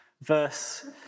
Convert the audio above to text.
verse